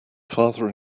father